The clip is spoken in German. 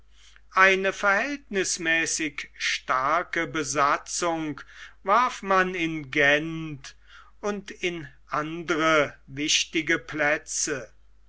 eine verhältnißmäßig starke besatzung warf man in gent und in andere wichtige plätze